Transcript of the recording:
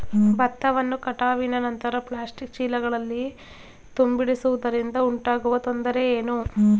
ಭತ್ತವನ್ನು ಕಟಾವಿನ ನಂತರ ಪ್ಲಾಸ್ಟಿಕ್ ಚೀಲಗಳಲ್ಲಿ ತುಂಬಿಸಿಡುವುದರಿಂದ ಉಂಟಾಗುವ ತೊಂದರೆ ಏನು?